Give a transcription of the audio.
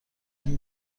این